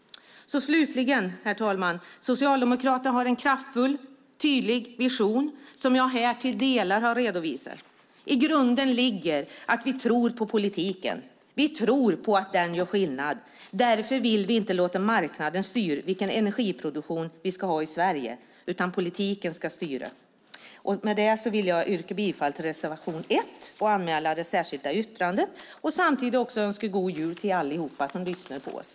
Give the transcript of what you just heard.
Slutligen, herr talman: Socialdemokraterna har en kraftfull tydlig vision som jag här till delar har redovisat. I grunden ligger att vi tror på politiken. Vi tror på att den gör skillnad. Därför vill vi inte låta marknaden styra vilken energiproduktion vi ska ha i Sverige, utan politiken ska styra. Med detta yrkar jag bifall till reservation 1 och anmäler det särskilda yttrandet. Samtidigt önskar jag god jul till allihop som lyssnar på oss.